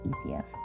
easier